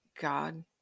God